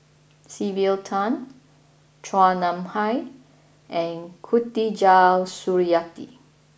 Sylvia Tan Chua Nam Hai and Khatijah Surattee